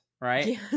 right